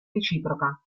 reciproca